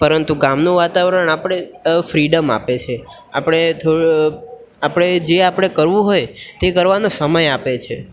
પરંતુ ગામનું વાતાવરણ આપણે ફ્રીડમ આપે છે આપણે થો આપણે જે આપણે કરવું હોય તે કરવાનો સમય આપે છે